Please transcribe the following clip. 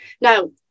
Now